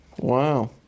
Wow